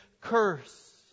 curse